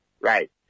Right